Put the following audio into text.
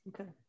okay